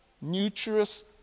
nutritious